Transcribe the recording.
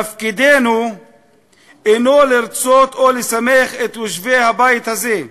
תפקידנו אינו לרצות או לשמח את יושבי הבית הזה,